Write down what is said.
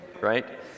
right